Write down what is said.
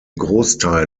großteil